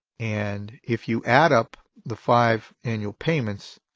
and if you add up the five annual payments,